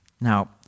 Now